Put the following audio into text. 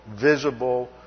visible